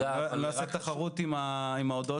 אני לא עושה תחרות עם מספר ההודעות